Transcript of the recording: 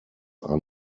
are